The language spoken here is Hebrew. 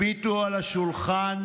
הביטו אל השולחן,